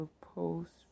post